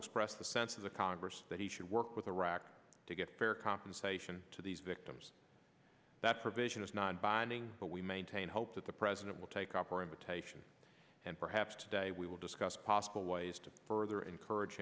expressed the sense of the congress that he should work with iraq to get fair compensation to these victims that provision is nonbinding but we maintain hope that the president will take copper invitation and perhaps today we will discuss possible ways to further encourage